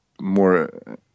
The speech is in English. more